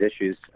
issues